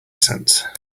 sense